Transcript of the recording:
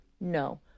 No